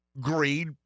greed